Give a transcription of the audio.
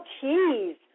cheese